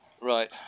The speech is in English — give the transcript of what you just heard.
Right